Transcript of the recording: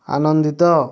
ଆନନ୍ଦିତ